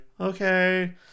okay